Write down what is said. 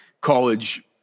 college